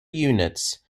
units